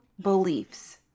beliefs